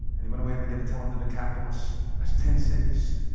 and he went away ever gonna tell him the decapolis that's ten cities